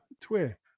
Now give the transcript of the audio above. Twitter